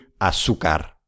azúcar